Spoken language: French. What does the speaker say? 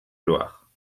gloire